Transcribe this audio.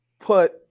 put